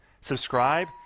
subscribe